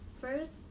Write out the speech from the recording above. first